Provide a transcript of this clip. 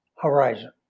horizon